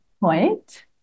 point